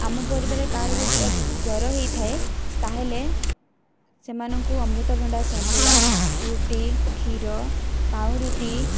ଆମ ପରିବାରରେ କାହାର ଯଦି ଜ୍ୱର ହୋଇଥାଏ ତା'ହେଲେ ସେମାନଙ୍କୁ ଅମୃତଭଣ୍ଡା ସନ୍ତୁଳା ରୁଟି କ୍ଷୀର ପାଉଁରୁଟି